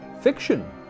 fiction